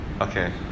okay